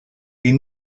est